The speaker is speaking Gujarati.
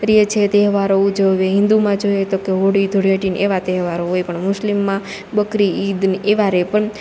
રિયે છે તહેવારો ઊજવે હિંદુમાં જોઈએ તોકે હોળી ધૂળેટી ને એવા તહેવારો હોય પણ મુસ્લિમમાં બકરી ઈદને એવા રે પણ